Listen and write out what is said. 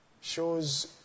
shows